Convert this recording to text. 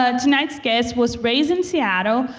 ah tonight's guest was raised in seattle,